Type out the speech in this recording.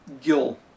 Gil